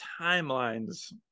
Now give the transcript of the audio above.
timelines